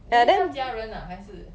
maybe 是她家人啊还是